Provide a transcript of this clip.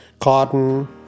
cotton